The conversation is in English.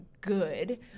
good